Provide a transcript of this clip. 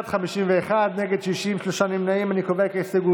ההסתייגות (73) של קבוצת סיעת הליכוד,